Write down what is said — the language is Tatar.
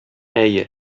әйе